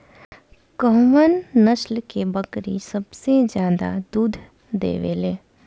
कउन नस्ल के बकरी सबसे ज्यादा दूध देवे लें?